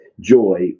joy